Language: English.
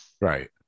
Right